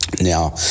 Now